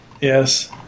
yes